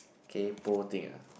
kaypo thing ah